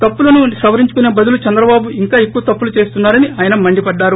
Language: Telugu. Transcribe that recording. తప్పులను సవరించుకునే బదులు చంద్రబాబు ఇంకా ఎక్కువ తప్పులు చేస్తున్నా రని ఆయన మండిపడ్లారు